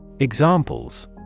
Examples